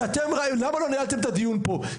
למה לא ניהלתם את הדיון פה?